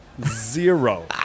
Zero